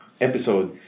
episode